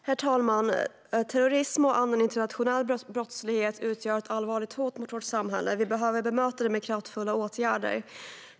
Herr talman! Terrorism och annan internationell brottslighet utgör ett allvarligt hot mot vårt samhälle. Vi behöver bemöta det med kraftfulla åtgärder.